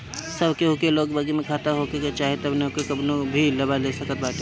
सब केहू के लगे बैंक में खाता होखे के चाही तबे नअ उ कवनो भी लाभ ले सकत बाटे